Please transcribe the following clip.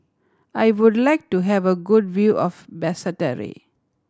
I would like to have a good view of Basseterre